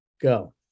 go